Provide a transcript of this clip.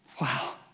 Wow